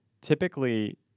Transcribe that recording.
typically